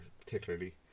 particularly